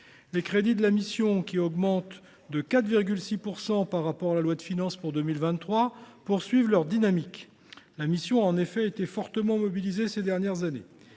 Les crédits de la mission augmentent de 4,6 % par rapport à la loi de finances pour 2023, poursuivant ainsi leur dynamique. La mission a en effet été fortement mobilisée ces dernières années.